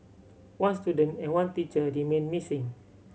one student and one teacher remain missing